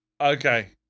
Okay